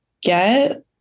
get